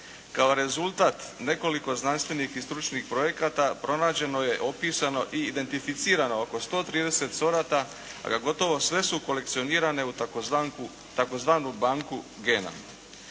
Kao rezultat nekoliko znanstvenih i stručnih projekata pronađeno je, opisano i identificirano oko 130 sorti a gotovo sve su kolekcionirane u tzv. banku gena.